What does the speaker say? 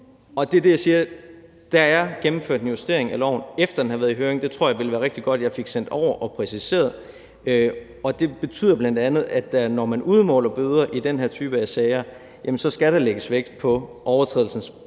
på. Der er det, jeg siger, at der er gennemført en justering af loven, efter den har været i høring, og det tror jeg ville være rigtig godt at jeg fik sendt over og præciseret. Det betyder bl.a., at når man udmåler bøder i den her type af sager, skal der lægges vægt på overtrædelsens